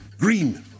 Green